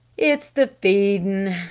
it's the feedin',